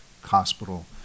hospital